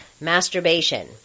masturbation